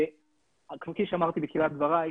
כפי שאמרתי בתחילת דבריי,